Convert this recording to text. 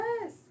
Yes